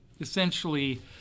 essentially